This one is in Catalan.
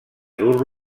dur